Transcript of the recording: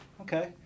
Okay